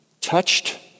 touched